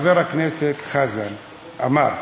חבר הכנסת חזן אמר: